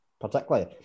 particularly